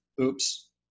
Oops